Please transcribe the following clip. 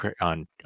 on